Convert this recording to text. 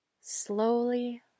slowly